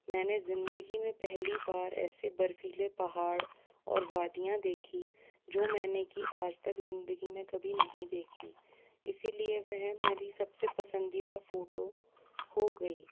मैने जिंदगी में पहली बार ऐसे बर्फीले पहाड़ और वादियाँ देखी जो मैंने कि आज तक जिंदगी में कभी नहीं देखी इसीलिए वह मेरी सबसे पसंदीदा फोटो हो गई